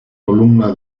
columna